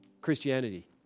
Christianity